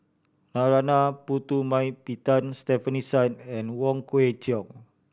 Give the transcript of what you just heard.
Narana Putumaippittan Stefanie Sun and Wong Kwei Cheong